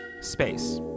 space